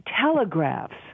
telegraphs